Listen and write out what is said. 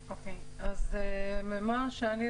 בבקשה.